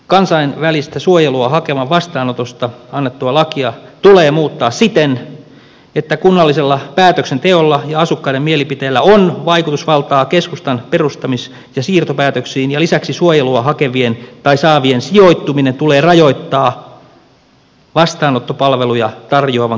kansainvälistä suojelua hakevan vastaanotosta annettua lakia tulee muuttaa siten että kunnallisella päätöksenteolla ja asukkaiden mielipiteellä on vaikutusvaltaa keskusten perustamis ja siirtopäätöksiin ja lisäksi suojelua hakevien tai saavien sijoittuminen tulee rajoittaa vastaanottopalveluja tarjoavan kunnan sisälle